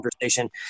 conversation